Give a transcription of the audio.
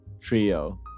Trio